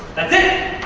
that's it.